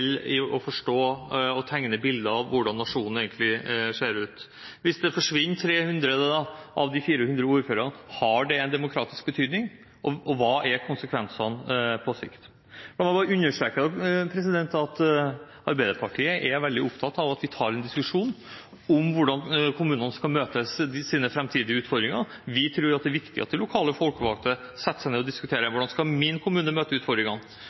å forstå og tegne et bilde av hvordan nasjonen egentlig ser ut. Hvis 300 av de 400 ordførerne forsvinner – har det en demokratisk betydning? Og hva er konsekvensene på sikt? La meg bare understreke at Arbeiderpartiet er veldig opptatt av at vi tar en diskusjon om hvordan kommunene skal møte sine framtidige utfordringer. Vi tror det er viktig at de lokale folkevalgte setter seg ned og diskuterer hvordan de enkelte kommunene skal møte utfordringene.